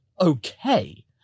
okay